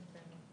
הבנו.